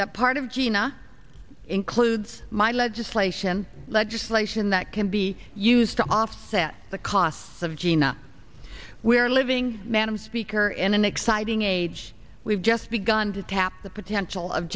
that part of jena includes my legislation legislation that can be used to offset the costs of jena where a living man and speaker in an exciting age we've just begun to tap the potential of